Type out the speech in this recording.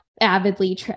avidly